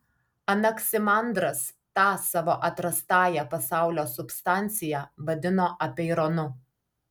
anaksimandras tą savo atrastąją pasaulio substanciją vadino apeironu